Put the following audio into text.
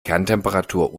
kerntemperatur